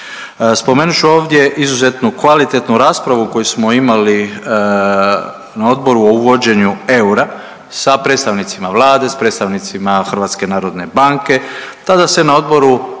Spomenut ću ovdje izuzetnu kvalitetnu raspravu koju smo imali na odboru o uvođenju eura sa predstavnicima Vlade, s predstavnicima HNB-a. Tada se na odboru